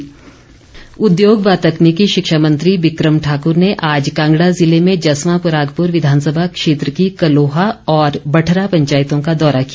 बिक्रम ठाक्र उद्योग व तकनीकी शिक्षा मंत्री बिक्रम ठाकुर ने आज कांगड़ा ज़िले में जसवां परागपुर विधानसभा क्षेत्र की कलोहा और बठरा पंचायतों का दौरा किया